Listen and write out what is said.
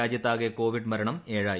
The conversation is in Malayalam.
രാജ്യത്താകെ കോവിഡ് മരണം ഏഴായി